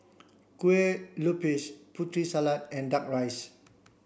Kue Lupis Putri Salad and Duck Rice